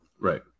Right